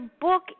book